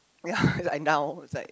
ya and now is like